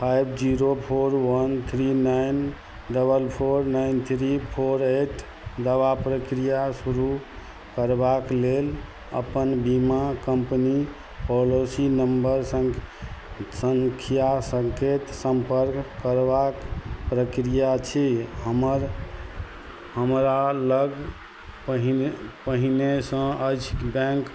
five zero four one three nine double four nine three four eight दवा प्रक्रिया शुरू करबाक लेल अपन बीमा कंपनी पॉलिसी नंबर संख्या संकेत संपर्क करबाक प्रक्रिया छी हमर हमरा लग पहिने पहिनेसँ अछि बैंक